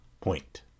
point